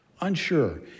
unsure